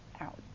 out